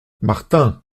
martin